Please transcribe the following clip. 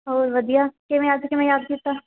ਹੋਰ ਵਧੀਆ ਕਿਵੇਂ ਅੱਜ ਕਿਵੇਂ ਯਾਦ ਕੀਤਾ